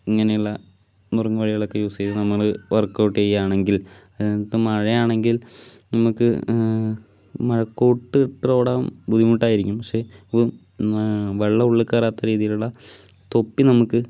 ഇങ്ങനെയുള്ള നുറുങ്ങ് വഴികളൊക്കെ യൂസ് ചെയ്ത് നമ്മൾ വർക്ക് ഔട്ട് ചെയ്യുകയാണെങ്കിൽ ഞങ്ങൾക്ക് മഴയാണെങ്കിൽ നമുക്ക് മഴക്കോട്ട് ഇട്ട് ഓടാൻ ബുദ്ധിമുട്ടായിരിക്കും പക്ഷേ വെള്ളം ഉള്ളിൽ കയറാത്ത രീതിയിലുള്ള തൊപ്പി നമുക്ക്